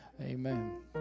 Amen